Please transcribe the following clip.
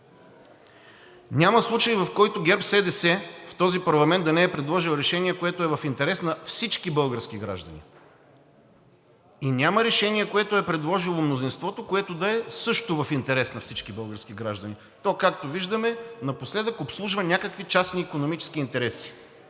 Няма случай, в който ГЕРБ-СДС в този парламент да не е предложил решение, което е в интерес на всички български граждани, и няма решение, което е предложило мнозинството, което да е също в интерес на всички български граждани. То, както виждаме, напоследък обслужва някакви частни икономически интереси.